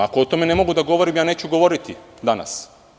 Ako o tome ne mogu da govorim, ja neću govoriti danas.